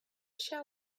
shall